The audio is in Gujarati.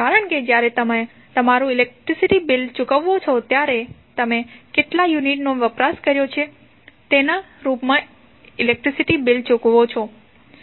કારણ કે જ્યારે તમે તમારું ઇલેક્ટ્રિસીટી બિલ ચૂકવો છો ત્યારે તમે કેટલા યુનિટ નો વપરાશ કર્યો છે તેના રૂપમાં ઇલેક્ટ્રિસીટી બિલ ચૂકવો છો